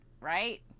right